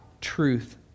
truth